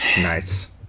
Nice